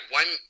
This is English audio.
one